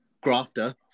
grafter